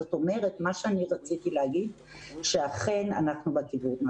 זאת אומרת, אני רוצה לומר שאכן אנחנו בכיוון.